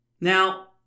Now